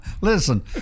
Listen